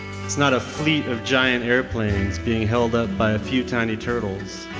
it's not a fleet of giant airplanes being held up by a few tiny turtles.